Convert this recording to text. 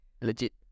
legit